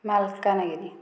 Malkangiri